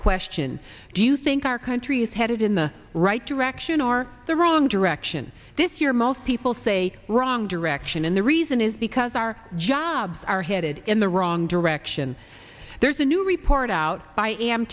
question do you think our country is headed in the right direction or the wrong direction this year most people say wrong direction and the reason is because our jobs are headed in the wrong direction there's a new report out by